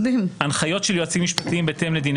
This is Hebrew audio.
הנחיות של יועצים משפטיים בהתאם לדיני